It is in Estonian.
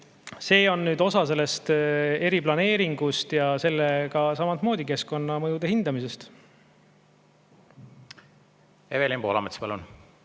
see on nüüd osa sellest eriplaneeringust ja samamoodi selle keskkonnamõjude hindamisest. Evelin Poolamets, palun!